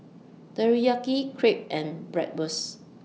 Teriyaki Crepe and Bratwurst